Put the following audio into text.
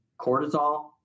cortisol